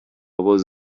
was